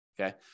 Okay